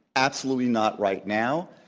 absolutely not right now,